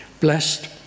Blessed